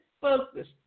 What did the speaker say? focus